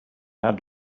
had